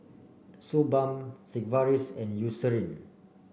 Suu Balm Sigvaris and Eucerin